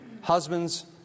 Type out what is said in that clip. husbands